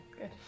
Good